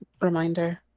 reminder